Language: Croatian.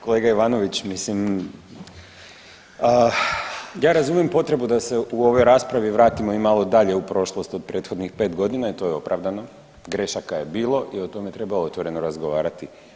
Kolega Ivanović, mislim, ja razumijem potrebu da se u ovoj raspravi i vratimo dalje u prošlost od prethodnih 5 godina i to je opravdano, grešaka je bilo i o tome treba otvoreno razgovarati.